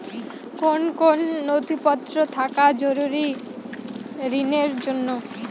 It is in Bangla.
কোন কোন নথিপত্র থাকা জরুরি ঋণের জন্য?